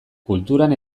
kulturan